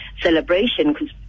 celebration